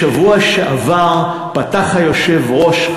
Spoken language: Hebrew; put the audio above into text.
בשבוע שעבר פתח היושב-ראש,